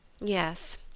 Yes